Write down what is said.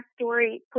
story